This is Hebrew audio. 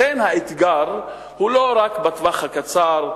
לכן, האתגר הוא לא רק בטווח הקצר,